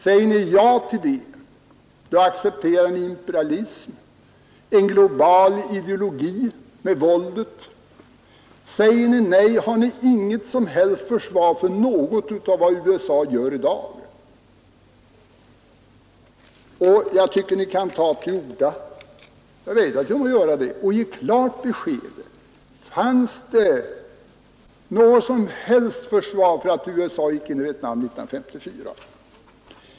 Säger ni ja till det, då accepterar ni imperialism, en global ideologi med våldet. Säger ni nej, har ni inget som helst försvar för något av vad USA gör i dag. Jag tycker ni kan ta till orda och ge klart besked: Fanns det något som helst försvar för att USA gick in i Vietnam 1954?